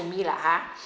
to me lah ha